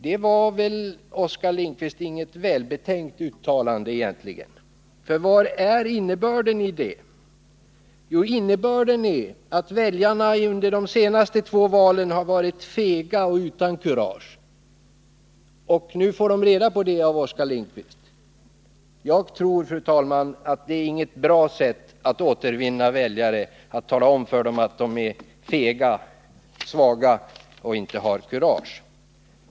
Det var väl, Oskar Lindkvist, egentligen inget välbetänkt uttalande. Vad är innebörden i det? Jo, att väljarna under de senaste två valen har varit fega och utan kurage. Nu får de veta det av Oskar Lindkvist. Jag tror inte, fru talman, att det är något bra sätt när man vill återvinna väljare, att tala om för dem att de är fega, svaga och inte har kurage.